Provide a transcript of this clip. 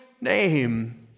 name